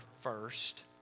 first